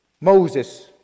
Moses